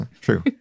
true